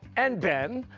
and ben,